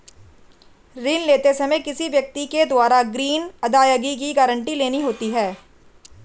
ऋण लेते समय किसी व्यक्ति के द्वारा ग्रीन अदायगी की गारंटी लेनी होती है